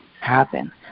happen